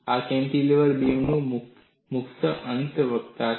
આ કેન્ટિલીવર બીમનું મુક્ત અંત વક્રતા છે